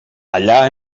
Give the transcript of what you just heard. allà